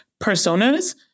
personas